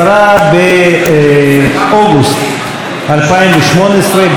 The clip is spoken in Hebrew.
10 באוגוסט 2018,